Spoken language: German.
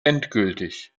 endgültig